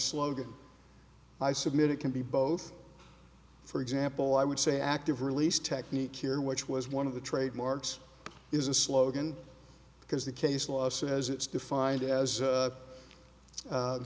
slogan i submit it can be both for example i would say active release technique here which was one of the trademarks is a slogan because the case law says it's defined as